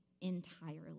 entirely